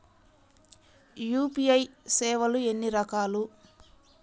UPI సేవలు ఎన్నిరకాలు?